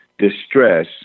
distress